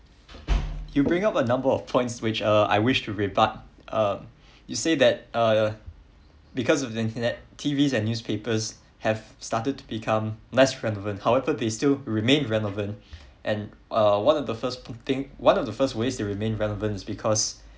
you bring out a number of points which uh I wish to rebut uh you say that uh because of the internet T_Vs and newspapers have started to become less relevant however they still remain relevant and uh one of the first putting one of the first ways they remain relevant is because